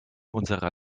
unserer